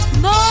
more